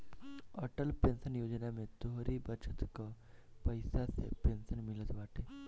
Atal pension योजना में तोहरी बचत कअ पईसा से पेंशन मिलत बाटे